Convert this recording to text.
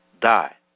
die